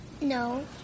No